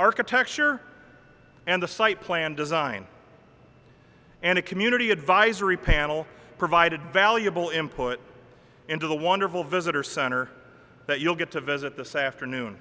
architecture and a site plan design and a community advisory panel provided valuable input into the wonderful visitor center that you'll get to visit this afternoon